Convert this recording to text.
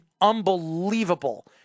unbelievable